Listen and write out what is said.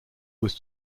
was